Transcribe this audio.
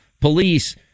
police